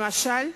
למשל,